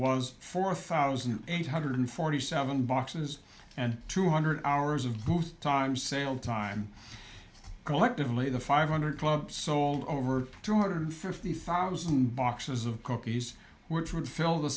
was four thousand eight hundred forty seven boxes and two hundred hours of booth time sale time collectively the five hundred club sold over two hundred fifty thousand boxes of cookies which would fill the